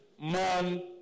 man